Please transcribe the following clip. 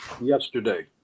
yesterday